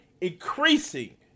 increasing